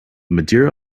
madeira